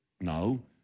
No